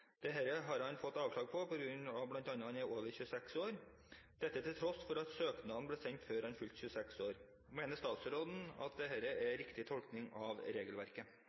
har han fått avslag på, bl.a. på grunn av at han er over 26 år – dette til tross for at søknaden ble sendt før fylte 26 år. Mener statsråden dette er riktig tolkning av regelverket?»